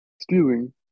stealing